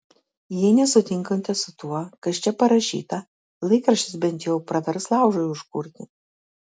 jei nesutinkate su tuo kas čia parašyta laikraštis bent jau pravers laužui užkurti